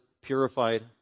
purified